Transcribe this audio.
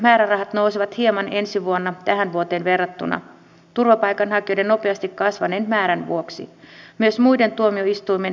valiokunta kiinnittää lisäksi huomiota siihen että myös tullin tehtävät ovat lisääntyneet turvapaikanhakijoiden määrän kasvun myötä